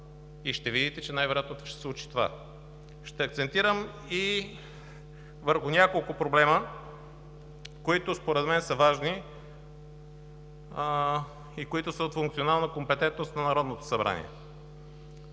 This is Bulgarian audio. И ще видите, че най-вероятно ще се случи това. Ще акцентирам и върху няколко проблема, които според мен са важни и които са от функционална компетентност на Народното събрание.